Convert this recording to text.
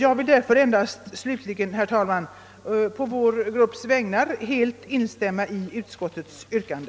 Jag vill därför endast slutligen, herr talman, på vår grupps vägnar helt instämma i utskottets yrkande.